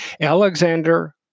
Alexander